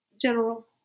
general